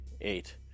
eight